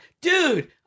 dude